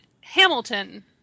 Hamilton